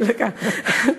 דקה.